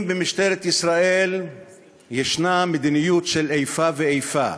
אם במשטרת ישראל יש מדיניות של איפה ואיפה,